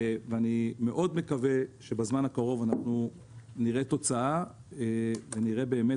ואני מקווה מאוד שבזמן הקרוב אנחנו נראה תוצאה ונראה את